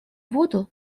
воду